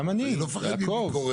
גם אני, יעקב.